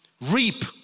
Reap